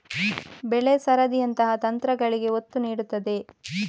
ಬೆಳೆ ಸರದಿಯಂತಹ ತಂತ್ರಗಳಿಗೆ ಒತ್ತು ನೀಡುತ್ತದೆ